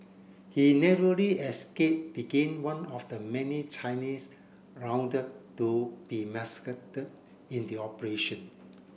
he narrowly escape begin one of the many Chinese rounded to be massacred in the operation